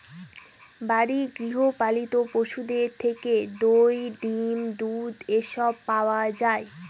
বাড়ির গৃহ পালিত পশুদের থেকে দই, ডিম, দুধ এসব পাওয়া যায়